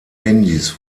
handys